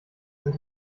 sind